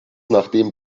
nachdem